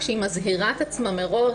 כשהיא מזהירה את עצמה מראש,